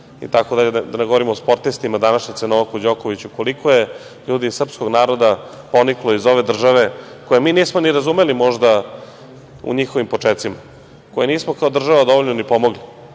itd, da ne govorim o sportistima današnjice, Novaku Đokoviću, koliko je ljudi iz srpskog naroda poniklo iz ove države, koje mi nismo ni razumeli možda u njihovim počecima, koje nismo kao država dovoljno ni pomogli. Da